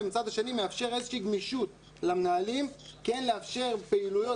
‏ומצד שני מאפשר איזושהי גמישות למנהלים כן לאפשר פעילויות